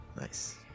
Nice